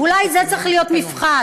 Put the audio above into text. ואולי זה צריך להיות מבחן: